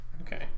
Okay